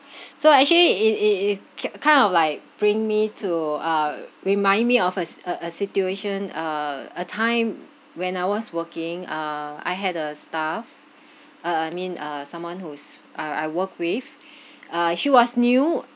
so actually it it is k~ kind of like bring me to uh remind me of a s~ a a situation uh a time when I was working uh I had a staff uh I I mean uh someone who's ah I work with uh she was new